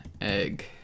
egg